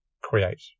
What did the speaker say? create